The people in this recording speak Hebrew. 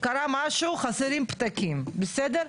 קרה משהו חסרים פתקים בסדר?